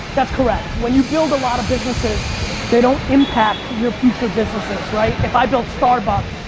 that's correct. when you build a lot of businesses they don't impact your future businesses, right? if i built starbucks,